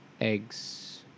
Eggs